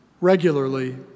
regularly